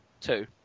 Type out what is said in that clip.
Two